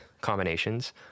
combinations